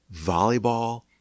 volleyball